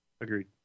Agreed